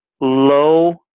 low